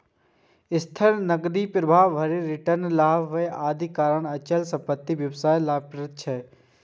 स्थिर नकदी प्रवाह, भारी रिटर्न, कर लाभ, आदिक कारण अचल संपत्ति व्यवसाय लाभप्रद छै